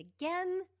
again